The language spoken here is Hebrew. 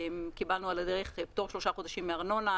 על הדרך קיבלנו פטור לשלושה חודשים מארנונה,